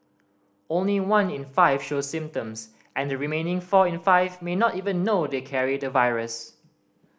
only one in five show symptoms and the remaining four in five may not even know they carry the virus